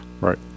Right